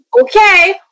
okay